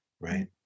right